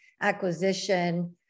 acquisition